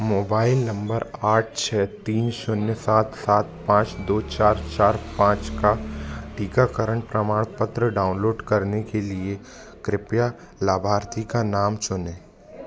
mobile नम्बर आठ छः तीन जीरो सात सात पाँच दो चार चार पाँच का टीकाकरण प्रमाणपत्र डाउनलोड करने के लिए कृपया लाभार्थी का नाम चुनें